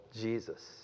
Jesus